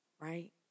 right